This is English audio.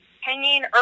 hanging